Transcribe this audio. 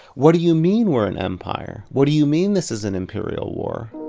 what do you mean we're an empire? what do you mean this is an imperial war?